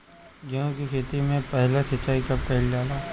गेहू के खेती मे पहला सिंचाई कब कईल जाला?